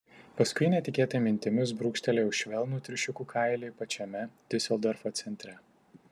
paskui netikėtai mintimis brūkštelėjau švelnų triušiukų kailį pačiame diuseldorfo centre